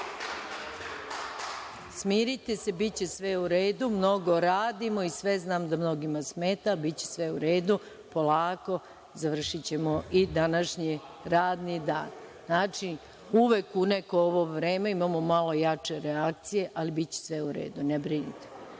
čast!)Smirite se, biće sve u redu. Mnogo radimo i sve znam, da mnogima smeta. Biće sve u redu, polako, završićemo i današnji radni dan. Uvek u neko ovo vreme imamo malo jače reakcije, ali biće sve u redu, ne brinite.